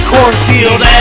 Cornfield